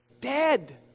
Dead